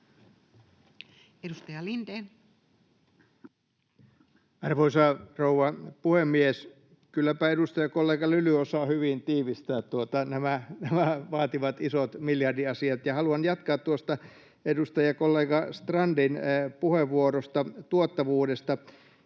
Edustaja Lindén. Arvoisa rouva puhemies! Kylläpä edustajakollega Lyly osaa hyvin tiivistää nämä vaativat, isot miljardiasiat, mutta haluan jatkaa tuosta edustajakollega Strandin puheenvuorosta tuottavuudesta.